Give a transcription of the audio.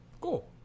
cool